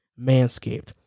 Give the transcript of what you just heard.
Manscaped